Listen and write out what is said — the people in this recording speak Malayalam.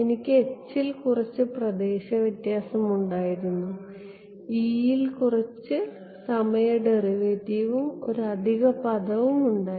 എനിക്ക് H ൽ കുറച്ച് പ്രദേശ വ്യത്യാസം ഉണ്ടായിരുന്നു E യിൽ കുറച്ച് സമയ ഡെറിവേറ്റീവും ഒരു അധിക പദവും ഉണ്ടായിരുന്നു